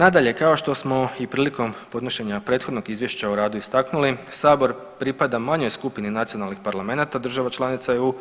Nadalje kao što smo i prilikom podnošenja prethodnog izvješća o radu istaknuli Sabor pripada manjoj skupini nacionalnih parlamenata država članica EU